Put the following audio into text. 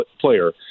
player